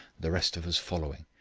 the rest of us following.